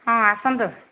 ହଁ ଆସନ୍ତୁ